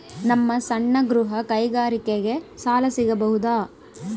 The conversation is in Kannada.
ನಮ್ಮ ಸಣ್ಣ ಗೃಹ ಕೈಗಾರಿಕೆಗೆ ಸಾಲ ಸಿಗಬಹುದಾ?